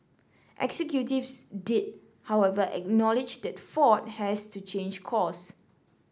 executives did however acknowledge that Ford has to change course